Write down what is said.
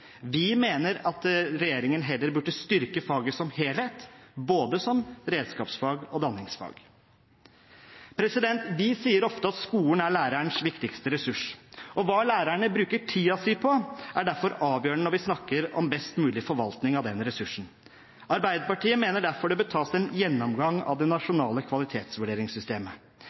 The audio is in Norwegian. Vi mener at regjeringen heller burde styrke faget som helhet, både som redskapsfag og som danningsfag. Vi sier ofte at skolen er lærerens viktigste ressurs, og hva lærerne bruker tiden sin på, er derfor avgjørende når vi snakker om best mulig forvaltning av den ressursen. Arbeiderpartiet mener derfor det bør tas en gjennomgang av det nasjonale kvalitetsvurderingssystemet.